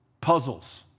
puzzles